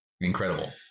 incredible